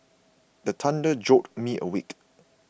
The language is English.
the thunder jolt me awake